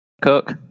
cook